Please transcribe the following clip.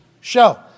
show